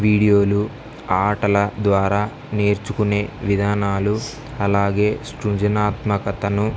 వీడియోలు ఆటల ద్వారా నేర్చుకునే విధానాలు అలాగే సృజనాత్మకతను